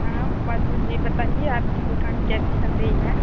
हाँ मधु जी बताइए आपकी दुक़ान कैसी चल रही है